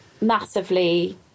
massively